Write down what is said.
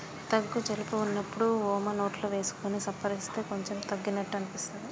దగ్గు జలుబు వున్నప్పుడు వోమ నోట్లో వేసుకొని సప్పరిస్తే కొంచెం తగ్గినట్టు అనిపిస్తది